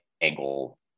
angle